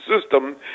system